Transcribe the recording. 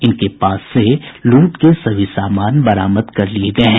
इनके पास से लूट के सभी सामान बरामद कर लिये गये हैं